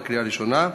בקריאה ראשונה.